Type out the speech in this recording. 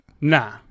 Nah